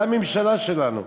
זו הממשלה שלנו,